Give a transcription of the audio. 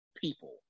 people